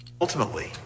Ultimately